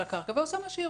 ועושה מה שהיא רוצה.